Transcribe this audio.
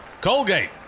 Colgate